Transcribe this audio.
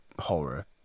horror